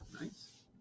Nice